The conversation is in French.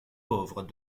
pauvres